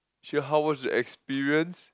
she how was your experience